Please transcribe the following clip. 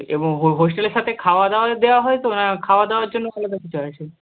এবং হোস্টেলের সাথে খাওয়া দাওয়া দেওয়া হয় তো না খাওয়া দাওয়ার জন্য আলাদা কিছু আছে